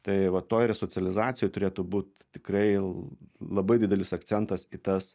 tai va toj resocializacijoj turėtų būt tikrai labai didelis akcentas į tas